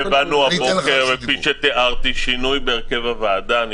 העברנו הבוקר שינוי בהרכב הוועדה כפי שתיארתי.